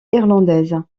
irlandaises